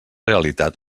realitat